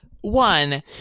one